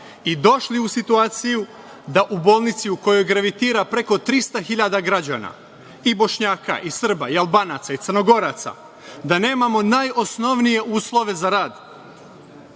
i došli u situaciju da u bolnici u kojoj gravitira preko 300 hiljada građana, Bošnjaka, Srba, Albanaca, Crnogoraca, da nemamo najosnovnije uslove za rad,